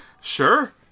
Sure